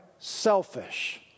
Selfish